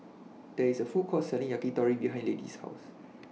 There IS A Food Court Selling Yakitori behind Lady's House